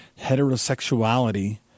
heterosexuality